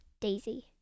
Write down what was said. Daisy